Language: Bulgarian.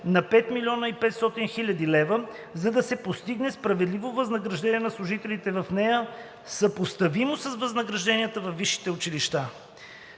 размер на 5 500,0 хил. лева, за да се постигне справедливо възнаграждение за служителите в нея, съпоставимо с възнагражденията във висшите училища.